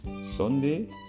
Sunday